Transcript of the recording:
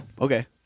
Okay